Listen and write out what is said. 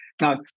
Now